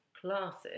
classes